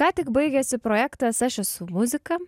ką tik baigėsi projektas aš esu muzika